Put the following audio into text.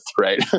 right